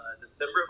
december